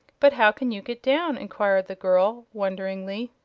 but how can you get down? enquired the girl, wonderingly.